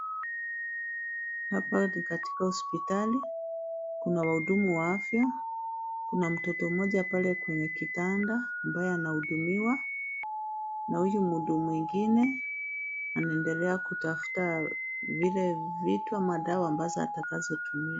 Hapa ni katika hospitali, kuna wahudumu wa afya, kuna mtoto mmoja pale kwenye kitanda ambaye anahudumiwa na huyu mhudumu mwingine anaendelea kutafuta vile vitu ama dawa ambazo atakazotumia.